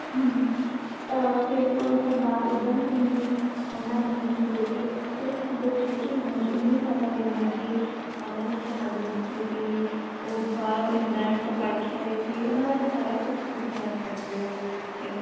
ਹੁੰ ਫਿਰ ਸਰਦਾਰ ਊਧਮ ਸਿੰਘ ਜੀ ਉਹਨਾਂ ਨੇ ਜੋ ਕਿ ਸਿਰਫ਼ ਛੋਟੀ ਉਮਰ 'ਚ ਉੱਨੀ ਸਾਲਾਂ ਦੀ ਉਮਰ 'ਚ ਹੀ ਉਹਨਾਂ ਨੇ ਸ਼ਹਾਦਤ ਦਿੱਤੀ ਸੀ ਉਹ ਬਾਹਰੋਂ ਇੰਗਲੈਂਡ ਤੋਂ ਪੜ੍ਹ ਕੇ ਆਏ ਸੀ ਉਹਨਾਂ ਬਾਰੇ ਸਾਰਾ ਕੁਛ ਤੁਸੀਂ ਦੱਸ ਸਕਦੇ ਹੋ ਉਹਦੇ ਵਿੱਚ